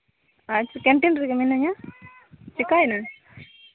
ᱟᱪᱪᱷᱟ ᱠᱮᱱᱴᱤᱱ ᱨᱮᱜᱮ ᱢᱤᱱᱟᱹᱧᱟ ᱪᱤᱠᱟᱹᱭᱮᱱᱟ